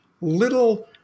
little